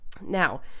now